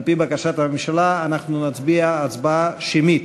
על-פי בקשת הממשלה, אנחנו נצביע הצבעה שמית.